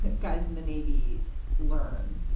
guys in the navy learn.